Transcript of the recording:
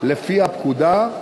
לפי הפקודה,